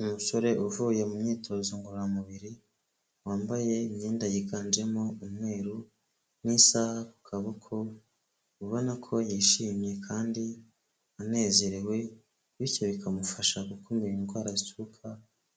umusore uvuye mu myitozo ngororamubiri, wambaye imyenda yiganjemo umweru, n'isaha ku kaboko ubona ko yishimye kandi anezerewe, bityo bikamufasha gukumira indwara zituruka